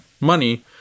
money